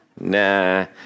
Nah